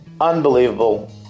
Unbelievable